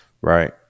right